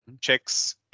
checks